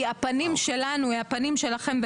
היא הפנים שלנו, היא הפנים שלכם.